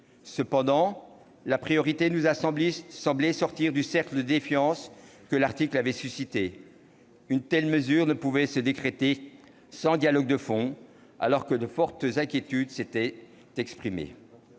semblé que la priorité était de sortir du cercle de défiance que l'article avait suscité. Une telle mesure ne pouvait se décréter sans dialogue de fond, alors que de fortes inquiétudes s'étaient exprimées.